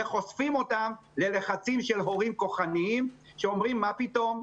וחושפים אותם ללחצים של הורים כוחניים שאומרים: מה פתאום?